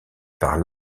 par